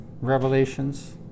revelations